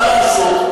מה לעשות.